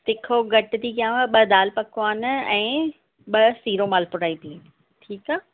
तिखो घटि थी कयांव ॿ दाल पकवान ऐं ॿ सीरो मालपूड़ा ई ठीकु आहे